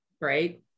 right